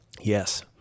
Yes